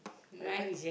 what happen